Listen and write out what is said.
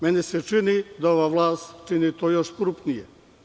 Meni se čini da ova vlast čini to još krupnije.